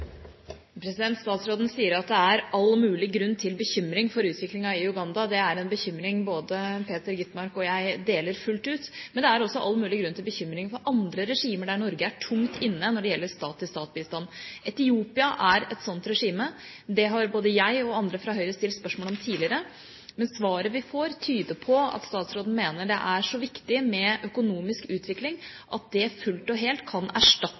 Statsråden sier at det er all mulig grunn til bekymring for utviklingen i Uganda. Det er en bekymring både Peter Skovholt Gitmark og jeg deler fullt ut. Men det er også all mulig grunn til bekymring for andre regimer der Norge er tungt inne når det gjelder stat til stat-bistand. Etiopia er et sånt regime. Det har både jeg og andre fra Høyre stilt spørsmål om tidligere. Men svaret vi får, tyder på at statsråden mener det er så viktig med økonomisk utvikling at det fullt og helt kan erstatte